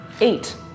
Eight